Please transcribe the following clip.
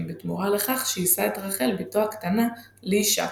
בתמורה לכך שיישא את רחל בתו הקטנה לאישה.